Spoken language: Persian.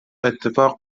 اتفاق